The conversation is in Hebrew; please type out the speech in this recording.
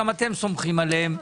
גם אתם סומכים עליהם.